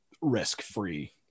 risk-free